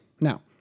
Now